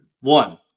One